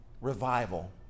revival